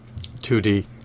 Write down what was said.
2D